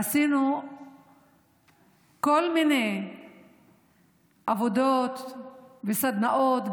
עשינו כל מיני עבודות וסדנאות,